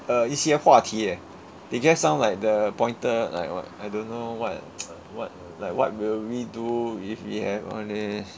uh 一些话题 eh they just some like the pointer like what I don't know what what like what will we do if we have all these